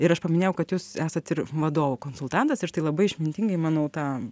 ir aš paminėjau kad jūs esat ir vadovų konsultantas ir štai labai išmintingai manau tą